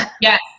Yes